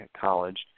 college